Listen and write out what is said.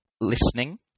listening